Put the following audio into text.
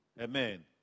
Amen